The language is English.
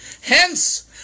hence